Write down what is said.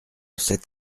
sept